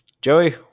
joey